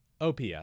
OPS